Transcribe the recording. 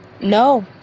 no